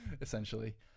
Essentially